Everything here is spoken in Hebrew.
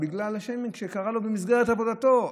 בגלל השיימינג שקרה לו במסגרת עבודתו,